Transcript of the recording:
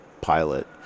pilot